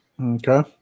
Okay